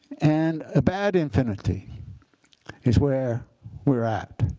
and a bad infinity is where we're at.